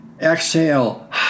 exhale